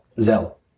Zell